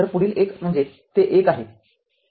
तर पुढील एक म्हणजे ते एक आहे